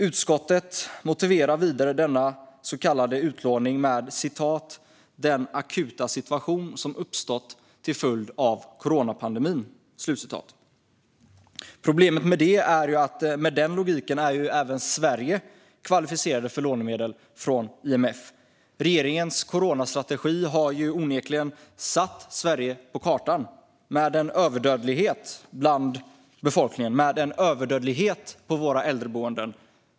Utskottet motiverar denna så kallade utlåning genom att hänvisa till "den akuta situation som uppstått till följd av coronapandemin". Problemet med den logiken är att även Sverige i så fall är kvalificerat för att få lånemedel från IMF. Regeringens coronastrategi har onekligen satt Sverige på kartan, med en överdödlighet bland befolkningen och med en överdödlighet på våra äldreboenden.